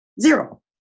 Zero